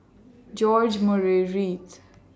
George Murray Reith